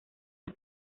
los